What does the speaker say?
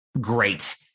Great